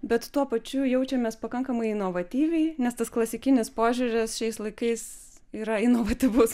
bet tuo pačiu jaučiamės pakankamai inovatyviai nes tas klasikinis požiūris šiais laikais yra inovatyvus